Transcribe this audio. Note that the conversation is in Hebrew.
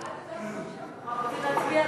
אנחנו בעד הצעת החוק, אנחנו רק רוצים להצביע